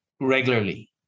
regularly